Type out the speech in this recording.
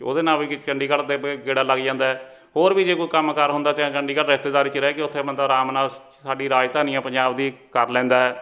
ਉਹਦੇ ਨਾਲ ਵੀ ਕ ਚੰਡੀਗੜ੍ਹ ਦੇ ਵੇ ਗੇੜਾ ਲੱਗ ਜਾਂਦਾ ਹੈ ਹੋਰ ਵੀ ਜੇ ਕੋਈ ਕੰਮ ਕਾਰ ਹੁੰਦਾ ਚ ਚੰਡੀਗੜ੍ਹ ਰਿਸ਼ਤੇਦਾਰੀ 'ਚ ਰਹਿ ਕੇ ਉੱਥੇ ਬੰਦਾ ਆਰਾਮ ਨਾਲ ਸਾਡੀ ਰਾਜਧਾਨੀ ਆ ਪੰਜਾਬ ਦੀ ਕਰ ਲੈਂਦਾ ਹੈ